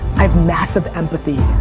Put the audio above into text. have massive empathy,